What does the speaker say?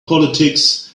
politics